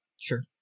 Sure